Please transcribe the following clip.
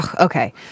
Okay